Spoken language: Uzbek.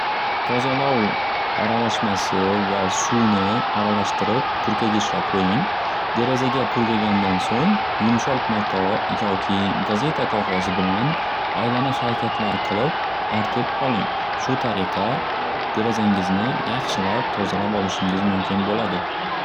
Tozalov aralashmasi va suvni aralashtirib purkagichga qo'ying derazaga purkagandan so'ng yumshoq mato yoki gazeta qog'ozi bilan aylana xarakatlar qilib artib oling shu tariqa derazangizni yaxshilab tozalab olishgiz mumkin bo'ladi.